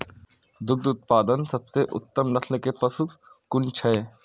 दुग्ध उत्पादक सबसे उत्तम नस्ल के पशु कुन छै?